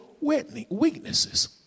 weaknesses